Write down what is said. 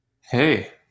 Hey